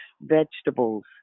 vegetables